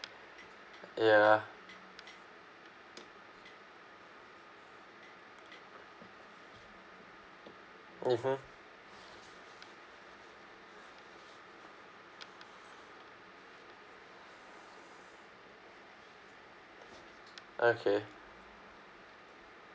ya mmhmm okay